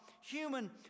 human